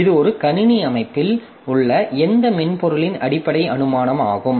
இது ஒரு கணினி அமைப்பில் உள்ள எந்த மென்பொருளின் அடிப்படை அனுமானமாகும்